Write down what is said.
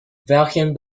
welchen